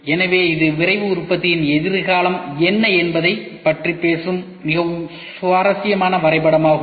எனவே இது விரைவு உற்பத்தியின் எதிர்காலம் என்ன என்பதைப் பற்றி பேசும் மிகவும் சுவாரஸ்யமான வரைபடமாகும்